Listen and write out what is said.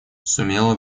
сумела